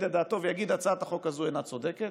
את דעתו ויגיד שהצעת החוק הזאת אינה צודקת,